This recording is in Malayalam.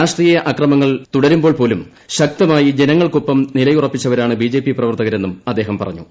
രാഷ്ട്രീയ അക്രമങ്ങൾ തുടരുമ്പോൾ പോലും ശക്തമായി ജനങ്ങൾക്കൊപ്പം നിലയുറപ്പിച്ചവരാണ് ബിജെപി പ്രവർത്തകരെന്നും അദ്ദേഹം പറഞ്ഞു